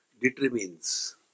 determines